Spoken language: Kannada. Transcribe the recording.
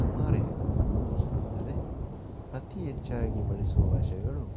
ಸುಮಾರಿವೆ ಆದರೆ ಅತಿ ಹೆಚ್ಚಾಗಿ ಬಳಸುವ ಭಾಷೆಗಳು